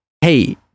hey